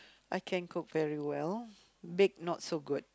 I can cook very well bake not so good